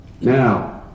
now